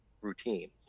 routine